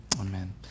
Amen